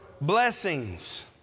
blessings